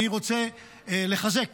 אני רוצה לחזק